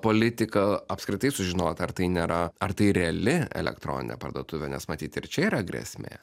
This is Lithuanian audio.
politika apskritai sužinot ar tai nėra ar tai reali elektroninė parduotuvė nes matyt ir čia yra grėsmė